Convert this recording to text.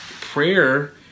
prayer